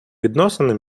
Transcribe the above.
відносини